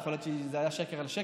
יכול להיות שזה היה שקר על שקר,